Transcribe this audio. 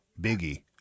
biggie